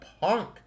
Punk